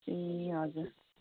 ए हजुर